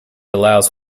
allows